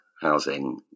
housing